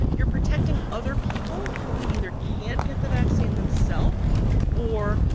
you're protecting other people who either can't get the vaccine themself or,